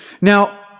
Now